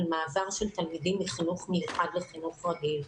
מעבר של תלמידים מחינוך מיוחד לחינוך רגיל.